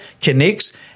connects